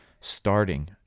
Starting